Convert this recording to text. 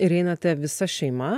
ir einate visa šeima